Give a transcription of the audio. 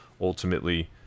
ultimately